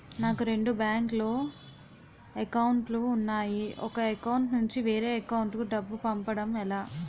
నాకు రెండు బ్యాంక్ లో లో అకౌంట్ లు ఉన్నాయి ఒక అకౌంట్ నుంచి వేరే అకౌంట్ కు డబ్బు పంపడం ఎలా?